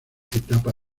etapa